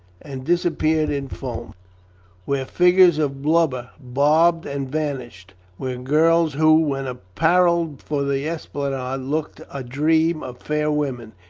and disappeared in foam where figures of blubber bobbed and vanished where girls who, when apparelled for the esplanade looked a dream of fair women,